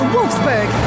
Wolfsburg